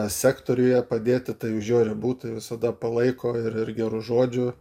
sektoriuje padėti tai už jo ribų tai visada palaiko ir ir geru žodžiu